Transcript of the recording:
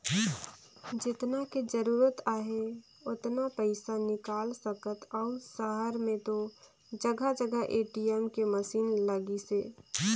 जेतना के जरूरत आहे ओतना पइसा निकाल सकथ अउ सहर में तो जघा जघा ए.टी.एम के मसीन लगिसे